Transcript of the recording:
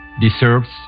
deserves